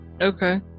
Okay